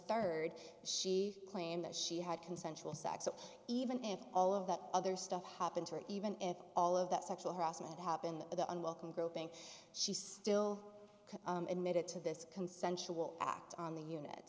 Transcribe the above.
third she claimed that she had consensual sex even if all of that other stuff happened or even if all of that sexual harassment happened the unwelcome groping she still admitted to this consensual act on the unit